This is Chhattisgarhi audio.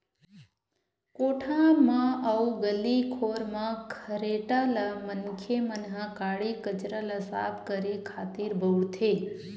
कोठा म अउ गली खोर म खरेटा ल मनखे मन ह काड़ी कचरा ल साफ करे खातिर बउरथे